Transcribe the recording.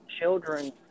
Children